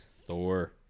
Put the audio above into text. Thor